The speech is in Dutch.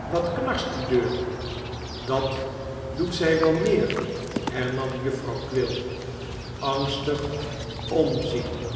wat knarst die deur dat doet zij wel meer hernam jufvrouw quilp angstig omziende